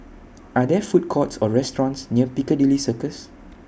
Are There Food Courts Or restaurants near Piccadilly Circus